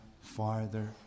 farther